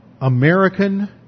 American